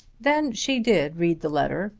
then she did read the letter,